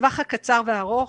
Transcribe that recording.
בטווח הקצר ובטווח הארוך,